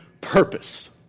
purpose